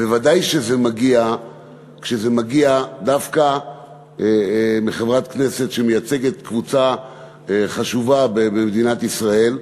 ודאי כשזה מגיע דווקא מחברת כנסת שמייצגת קבוצה חשובה במדינת ישראל.